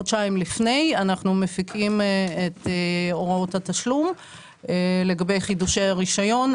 אנחנו מפיקים את הוראות התשלום לגבי חידושי הרישיון,